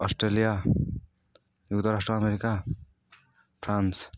Australia ଯୁକ୍ତରାଷ୍ଟ୍ର America France